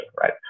right